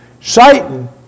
Satan